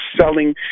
selling